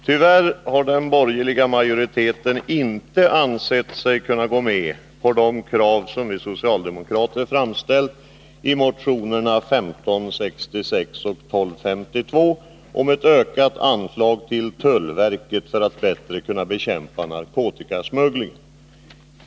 Tyvärr har den borgerliga majoriteten inte ansett sig kunna gå med på de krav som vi socialdemokrater framställt i motionerna 1566 och 1252 om ett ökat anslag till tullverket för att det bättre skall kunna bekämpa narkotikasmugglingen.